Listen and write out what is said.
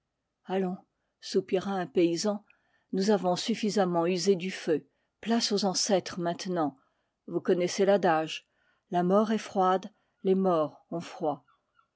soupira un paysan nous avons suffisamment usé du feu place aux ancêtres maintenant vous connaissez l'adage la mort est froide les morts ont froid